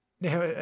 Now